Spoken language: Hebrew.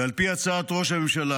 ועל פי הצעת ראש הממשלה,